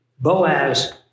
Boaz